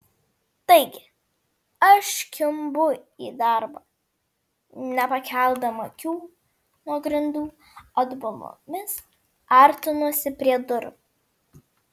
taigi aš kimbu į darbą nepakeldama akių nuo grindų atbulomis artinuosi prie durų